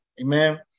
amen